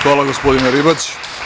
Hvala, gospodine Ribać.